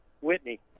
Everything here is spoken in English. Whitney